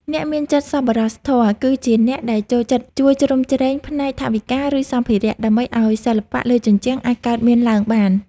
អ្នកមានចិត្តសប្បុរសធម៌ គឺជាអ្នកដែលចូលចិត្តជួយជ្រោមជ្រែងផ្នែកថវិកា និងសម្ភារៈ ដើម្បីឱ្យសិល្បៈលើជញ្ជាំងអាចកើតមានឡើងបាន។